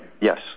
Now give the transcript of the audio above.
Yes